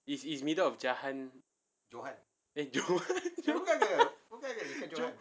is is middle of jahan eh johan